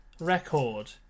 record